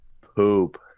poop